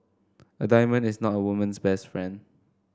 a diamond is not a woman's best friend